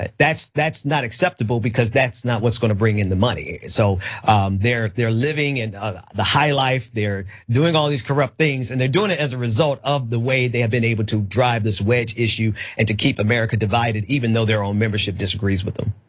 that's that's not acceptable because that's not what's gonna bring in the money. so they're they're living and ah the the highlife, they're doing all these corrupt things. and they're doing it as a result of the way they have been able to drive this wedge issue and to keep america divided even though their own membership disagrees with them.